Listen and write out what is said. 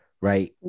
right